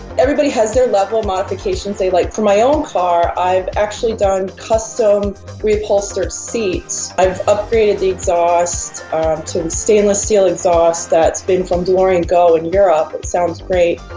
everybody has their level of modifications they like. for my own car i've actually done custom reupholstered seats. i've upgraded the exhaust to stainless steel exhaust that's been from delorean go in europe. it sounds great.